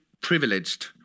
privileged